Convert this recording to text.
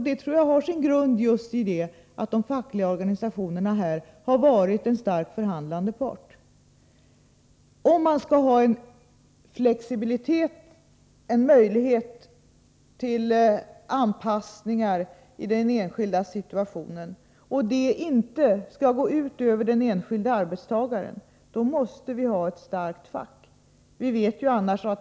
Det tror jag har sin grund just i att de fackliga organisationerna här har varit en stark förhandlande part. Om man skall ha flexibilitet, möjlighet till anpassning efter den enskilda situationen, utan att det går ut över den enskilda arbetstagaren, måste vi ha ett starkt fack.